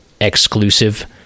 exclusive